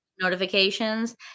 notifications